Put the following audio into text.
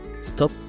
Stop